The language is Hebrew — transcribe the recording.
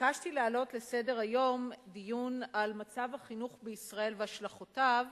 ביקשתי להעלות על סדר-היום דיון על מצב החינוך בישראל והשלכותיו,